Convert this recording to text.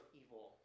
evil